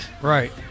Right